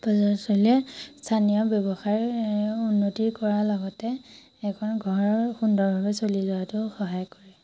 পৰ্যটনস্থলীয়ে স্থানীয় ব্যৱসায় উন্নতি কৰাৰ লগতে এখন ঘৰৰ সুন্দৰভাৱে চলি যোৱাটো সহায় কৰে